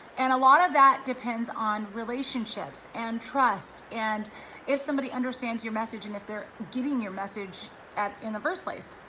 and a lot of that depends on relationships and trust, and if somebody understands your message and if they're getting your message in the first place.